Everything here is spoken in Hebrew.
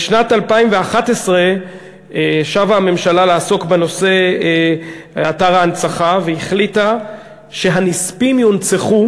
בשנת 2011 שבה הממשלה לעסוק בנושא אתר ההנצחה והחליטה שהנספים יונצחו